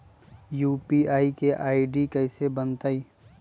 UPI के ID कैसे बनतई?